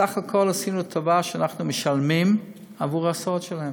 בסך הכול עשינו טובה שאנחנו משלמים עבור ההסעות שלהם.